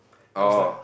that was like